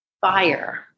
fire